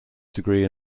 degree